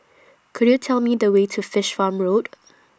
Could YOU Tell Me The Way to Fish Farm Road